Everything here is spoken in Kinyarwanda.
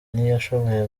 ntiyashoboye